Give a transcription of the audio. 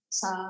sa